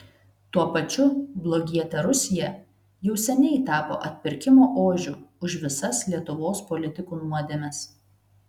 tuo pačiu blogietė rusija jau seniai tapo atpirkimo ožiu už visas lietuvos politikų nuodėmes